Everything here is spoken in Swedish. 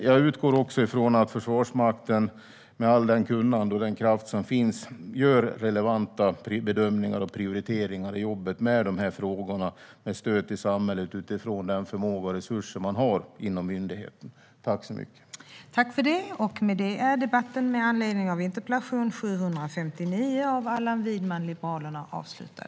Jag utgår ifrån att Försvarsmakten med allt det kunnande och den kraft som finns där gör relevanta bedömningar och prioriteringar i arbetet med dessa frågor om stöd till samhället utifrån den förmåga och de resurser som man har inom myndigheten. Tack så mycket!